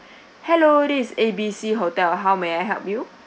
hello this is A B C hotel how may I help you